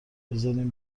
بذارین